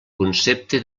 concepte